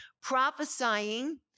Prophesying